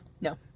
No